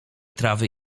trawy